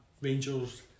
Rangers